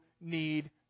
need